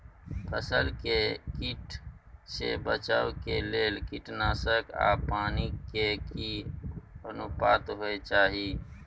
फसल के कीट से बचाव के लेल कीटनासक आ पानी के की अनुपात होय चाही?